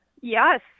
yes